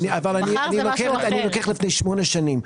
אני לוקח מה שהיה לפני שמונה שנים.